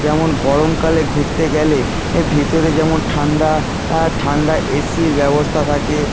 যেমন গরমকালে ঘুরতে গেলে এ ভিতরে যেমন ঠান্ডা হ্যাঁ ঠান্ডা এ সির ব্যবস্থা থাকে